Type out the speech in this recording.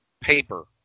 paper